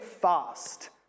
fast